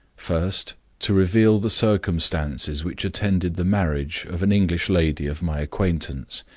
first, to reveal the circumstances which attended the marriage of an english lady of my acquaintance,